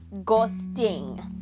ghosting